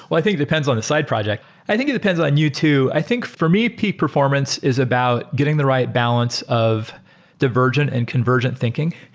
i think it depends on the side project. i think it depends on you too. i think for me, peak performance is about getting the right balance of divergent and convergent thinking.